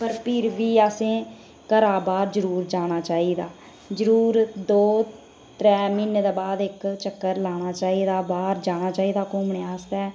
पर फिर बी असें घरा बाहर जरूर जाना चाहिदा जरूर दौ त्रैऽ म्हीनै दे बाद इक्क चक्कर लाना चाहिदा बाहर जाना चाहिदा घुम्मनै आस्तै